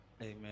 Amen